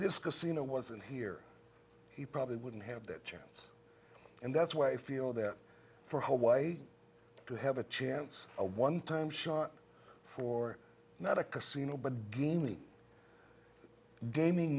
casino was in here he probably wouldn't have that chance and that's why i feel that for hawaii to have a chance a one time shot for not a casino but a gaming gaming